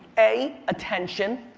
a, attention.